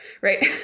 Right